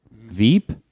Veep